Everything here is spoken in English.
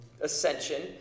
ascension